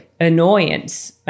annoyance